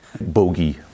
Bogey